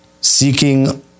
seeking